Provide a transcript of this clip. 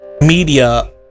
media